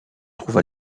trouve